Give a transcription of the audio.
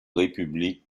république